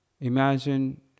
Imagine